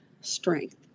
strength